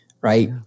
right